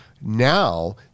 Now